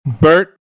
Bert